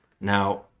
Now